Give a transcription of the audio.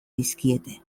dizkiete